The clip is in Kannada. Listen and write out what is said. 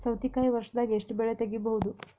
ಸೌತಿಕಾಯಿ ವರ್ಷದಾಗ್ ಎಷ್ಟ್ ಬೆಳೆ ತೆಗೆಯಬಹುದು?